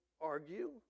argue